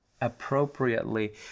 appropriately